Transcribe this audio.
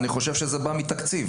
אני חושב שזה בא מתקציב.